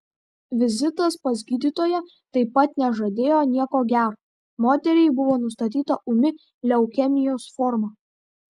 vizitas pas gydytoją taip pat nežadėjo nieko gero moteriai buvo nustatyta ūmi leukemijos forma